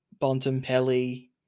Bontempelli